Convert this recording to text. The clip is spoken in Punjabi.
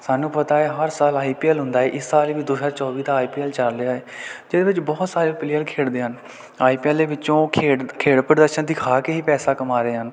ਸਾਨੂੰ ਪਤਾ ਹੈ ਹਰ ਸਾਲ ਆਈ ਪੀ ਐਲ ਹੁੰਦਾ ਹੈ ਇਸ ਸਾਲ ਵੀ ਦੋ ਹਜ਼ਾਰ ਚੌਵੀ ਦਾ ਆਈ ਪੀ ਐਲ ਚੱਲ ਰਿਹਾ ਅਤੇ ਇਹਦੇ ਵਿੱਚ ਬਹੁਤ ਸਾਰੇ ਪਲੇਅਰ ਖੇਡਦੇ ਹਨ ਆਈ ਪੀ ਐਲ ਵਿੱਚੋਂ ਖੇਡ ਖੇਡ ਪ੍ਰਦਰਸ਼ਨ ਦਿਖਾ ਕੇ ਹੀ ਪੈਸਾ ਕਮਾ ਰਹੇ ਹਨ